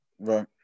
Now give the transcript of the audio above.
Right